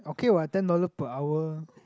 okay what ten dollar per hour